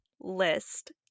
list